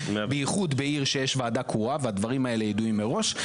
בייחוד בעיר שיש ועדה קרואה והדברים האלה ידועים מראש,